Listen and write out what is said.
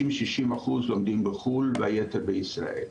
50%, 60% לומדים בחו"ל והייתר בישראל.